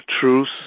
truth